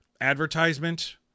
advertisement